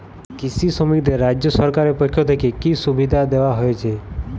কৃষি শ্রমিকদের রাজ্য সরকারের পক্ষ থেকে কি কি সুবিধা দেওয়া হয়েছে?